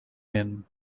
men